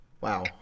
Wow